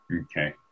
Okay